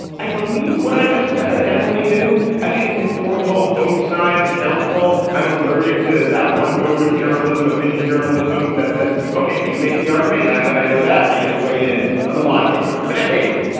i believe what i just said, i definitely do i think it's important to hold both sides accountable. i'm allergic to that one mode of journalism, opinion journalism that says, ok, who's making the argument now that i know that i get to weigh in on the logic of the argument. i hate it,